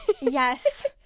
Yes